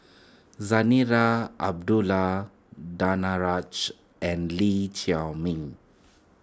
Zarinah Abdullah Danaraj and Lee Chiaw Meng